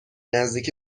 نزدیکی